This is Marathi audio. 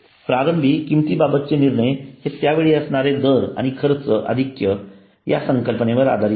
प्रारंभी किंमतींबाबतचे निर्णय हे त्यावेळी असणारे दर आणि खर्च आधिक्य या संकल्पनेवर आधारित होते